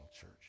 church